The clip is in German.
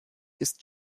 ist